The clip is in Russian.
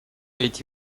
эти